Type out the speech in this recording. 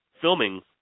filming